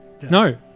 No